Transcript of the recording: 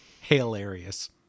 Hilarious